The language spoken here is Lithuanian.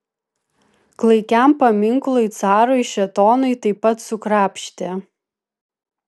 klaikiam paminklui carui šėtonui taip pat sukrapštė